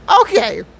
okay